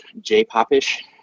J-pop-ish